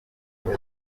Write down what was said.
haba